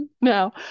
No